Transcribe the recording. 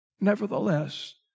Nevertheless